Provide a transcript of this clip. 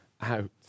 out